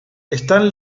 están